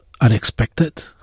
unexpected